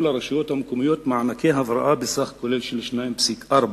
לרשויות המקומיות מענקי הבראה בסך כולל של 2.4